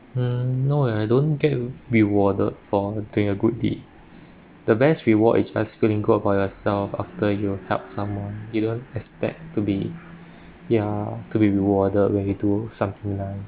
mm no eh I don't get rewarded for doing a good deed the best reward is just feeling good about yourself after you help someone you don't expect to be yeah to be rewarded when you do something like